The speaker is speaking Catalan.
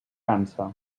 cansa